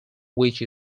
which